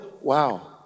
Wow